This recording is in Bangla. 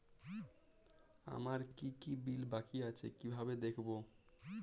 আমার কি কি বিল বাকী আছে কিভাবে দেখবো?